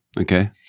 Okay